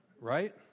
Right